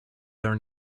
their